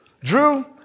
Drew